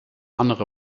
andere